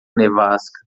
nevasca